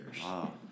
Wow